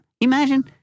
Imagine